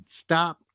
stop